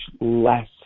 less